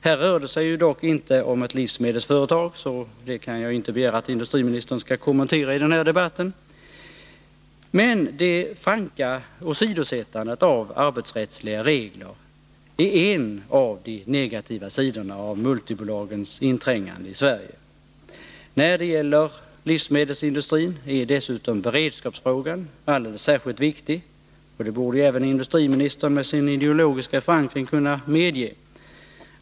Här rör det sig ju dock inte om ett livsmedelsföretag, så det kan jag inte begära att industriministern skall kommentera i den här debatten. Men det franka åsidosättandet av arbetsrättsliga regler är en av de negativa sidorna av multibolagens inträngande i Sverige. När det gäller livsmedelsindustrin är dessutom beredskapsfrågan alldeles särskilt viktig, och det borde ju även industriministern med sin ideologiska förankring kunna medge.